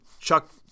Chuck